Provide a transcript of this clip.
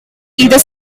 either